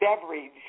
beverage